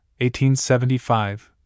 1875